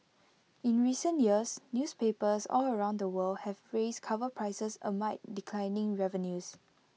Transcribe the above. in recent years newspapers all around the world have raised cover prices amid declining revenues